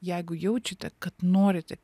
jeigu jaučiate kad norite